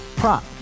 Prop